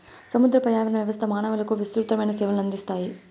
సముద్ర పర్యావరణ వ్యవస్థ మానవులకు విసృతమైన సేవలను అందిస్తాయి